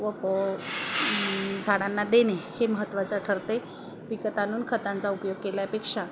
व झाडांना देणे हे महत्त्वाचं ठरते विकत आणून खतांचा उपयोग केल्यापेक्षा